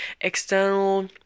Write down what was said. external